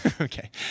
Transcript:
okay